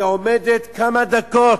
היא עומדת כמה דקות,